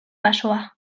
basoa